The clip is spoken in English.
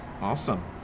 Awesome